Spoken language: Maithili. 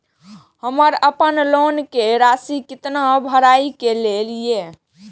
हमर अपन लोन के राशि कितना भराई के ये?